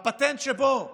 הפטנט שבו אני,